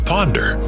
Ponder